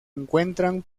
encuentran